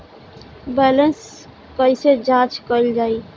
Balance कइसे जांच कइल जाइ?